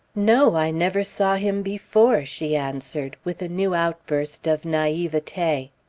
no, i never saw him before! she answered with a new outburst of naivete.